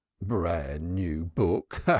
bran-new book!